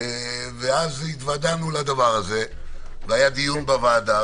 היה דיון בוועדה,